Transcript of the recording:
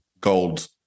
gold